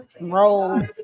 Rolls